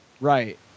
Right